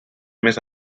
més